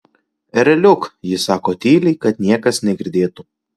ereliuk ji sako tyliai kad niekas negirdėtų